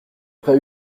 pas